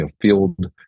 field